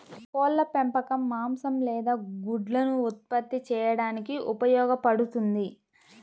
కోళ్ల పెంపకం మాంసం లేదా గుడ్లను ఉత్పత్తి చేయడానికి ఉపయోగపడుతుంది